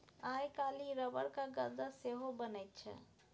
आइ काल्हि रबरक गद्दा सेहो बनैत छै